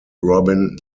robin